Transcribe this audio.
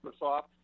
Microsoft